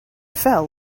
fell